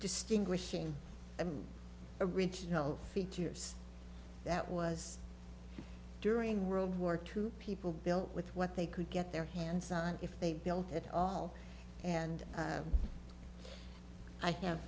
distinguishing them original features that was during world war two people built with what they could get their hands on if they built it all and i have